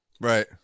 Right